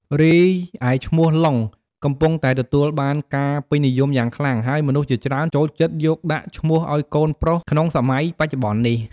រីឯឈ្មោះ "ឡុង" កំពុងតែទទួលបានការពេញនិយមយ៉ាងខ្លាំង ហើយមនុស្សជាច្រើន ចូលចិត្តយកដាក់ឈ្មោះឲ្យកូនប្រុស ក្នុងសម័យបច្ចុប្បន្ននេះ។